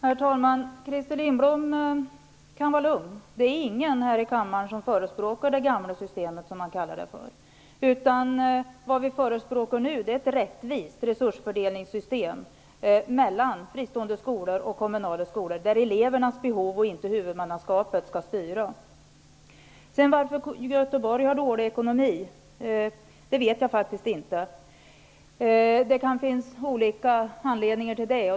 Herr talman! Christer Lindblom kan vara lugn! Det är ingen här i kammaren som förespråkar det gamla systemet, som han kallar det. Vad vi förespråkar nu är ett rättvist resursfördelningssystem mellan fristående skolor och kommunala skolor, där elevernas behov och inte huvudmannaskapet skall styra. Jag vet inte varför Göteborgs kommun har dålig ekonomi. Det kan finnas olika anledningar till det.